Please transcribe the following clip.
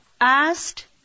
asked